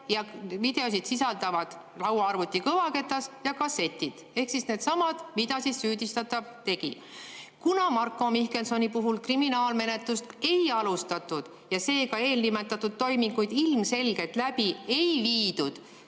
ja videoid sisaldavad lauaarvuti kõvaketas ja kassetid – needsamad, mille süüdistatav tegi. Kuna Marko Mihkelsoni puhul kriminaalmenetlust ei alustatud ja seega eelnimetatud toiminguid ilmselgelt läbi ei viidud,